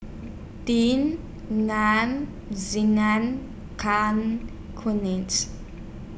Ding Nam Zainal Can Kuning's